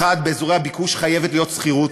1. באזורי הביקוש חייבת להיות שכירות.